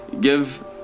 give